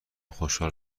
خوشحال